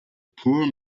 pure